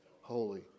holy